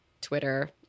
Twitter